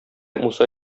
муса